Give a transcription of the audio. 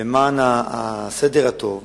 ולמען הסדר הטוב